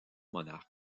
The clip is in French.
monarque